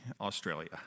Australia